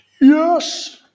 Yes